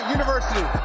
University